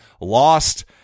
lost